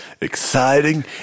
exciting